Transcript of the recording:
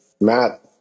Matt